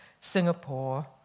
Singapore